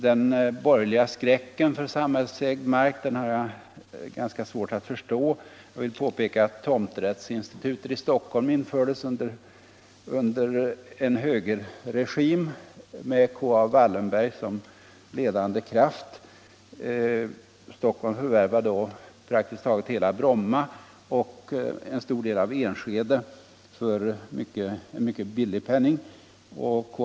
Den borgerliga skräcken för samhällsägd mark har jag svårt att förstå. Jag vill påpeka att tomträttsinstitutet i Stockholm infördes under en högerregim med K. A. Wallenberg som ledande kraft. Stockholm förvärvade 1904-1912 praktiskt taget hela Bromma och en stor del av Enskede för en mycket billig penning, och K.